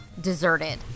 deserted